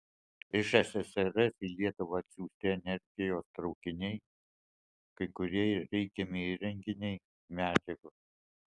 iš ssrs į lietuvą atsiųsti energijos traukiniai kai kurie reikiami įrenginiai medžiagos